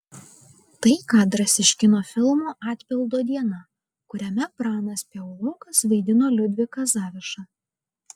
tai kadras iš kino filmo atpildo diena kuriame pranas piaulokas vaidino liudviką zavišą